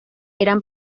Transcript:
eran